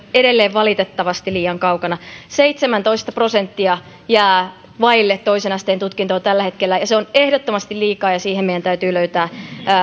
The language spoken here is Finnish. edelleen valitettavasti liian kaukana seitsemäntoista prosenttia jää vaille toisen asteen tutkintoa tällä hetkellä ja se on ehdottomasti liikaa ja siihen meidän täytyy löytää